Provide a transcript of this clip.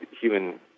Human